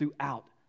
throughout